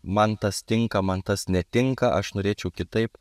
man tas tinka man tas netinka aš norėčiau kitaip